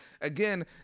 again